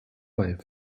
bei